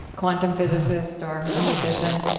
quantum physicists or a musician,